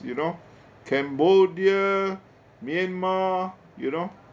you know cambodia myanmar you know